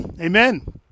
Amen